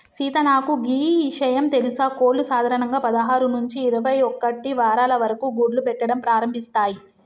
సీత నాకు గీ ఇషయం తెలుసా కోళ్లు సాధారణంగా పదహారు నుంచి ఇరవై ఒక్కటి వారాల వరకు గుడ్లు పెట్టడం ప్రారంభిస్తాయి